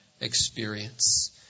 experience